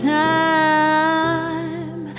time